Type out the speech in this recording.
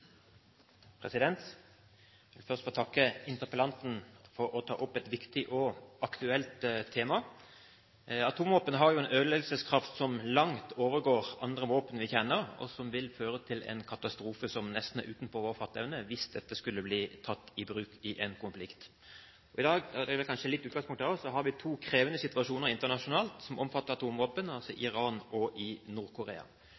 vil først få takke interpellanten for å ta opp et viktig og aktuelt tema. Atomvåpen har en ødeleggelseskraft som langt overgår andre våpen vi kjenner, og som vil føre til en katastrofe som nesten er utenfor vår fatteevne hvis dette skulle bli tatt i bruk i en konflikt. I dag – det er vel kanskje det som er litt av utgangspunktet også – har vi to krevende situasjoner internasjonalt som omfatter atomvåpen, altså